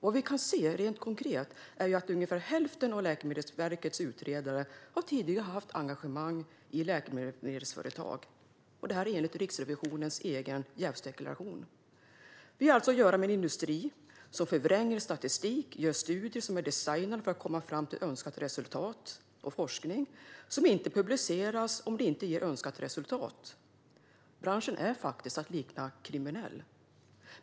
Vad vi kan se rent konkret är att ungefär hälften av Läkemedelsverkets utredare tidigare har haft engagemang i läkemedelsföretag, detta enligt Riksrevisionens egen jävsdeklaration. Vi har alltså att göra med en industri som förvränger statistik, gör studier som är designade för att komma fram till önskat resultat och forskning som inte publiceras om den inte ger önskat resultat. Branschen är faktiskt att likna vid kriminell.